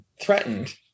threatened